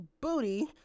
booty